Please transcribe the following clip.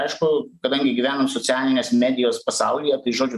aišku kadangi gyvenam socialinės medijos pasaulyje tai žodžiu